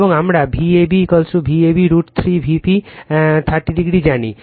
এবং আমরা Vab Vab √ 3 Vp 30o জানি